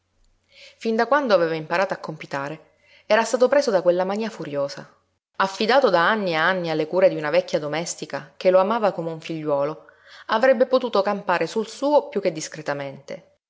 fin da quando aveva imparato a compitare era stato preso da quella manía furiosa affidato da anni e anni alle cure di una vecchia domestica che lo amava come un figliuolo avrebbe potuto campare sul suo piú che discretamente